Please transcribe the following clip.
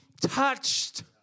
touched